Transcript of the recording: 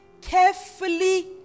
Carefully